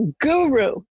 guru